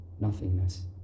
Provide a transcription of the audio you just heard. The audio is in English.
nothingness